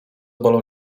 bolą